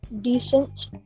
decent